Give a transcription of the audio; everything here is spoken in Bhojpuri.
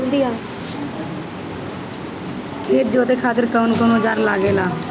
खेत जोते खातीर कउन कउन औजार लागेला?